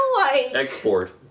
export